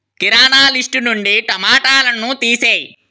కిరాణా list నుండి టమాటాలను తీసేయి